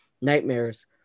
nightmares